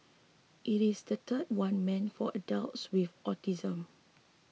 it is the third one meant for adults with autism